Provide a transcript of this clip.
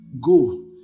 go